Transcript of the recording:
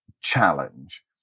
challenge